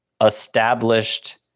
established